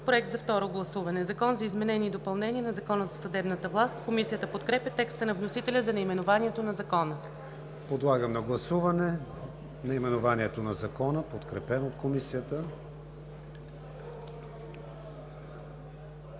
Проект за второ гласуване. „Закон за изменение и допълнение на Закона за съдебната власт“. Комисията подкрепя текста на вносителя за наименованието на Закона. ПРЕДСЕДАТЕЛ КРИСТИАН ВИГЕНИН: Подлагам на гласуване наименованието на Закона, подкрепено от Комисията.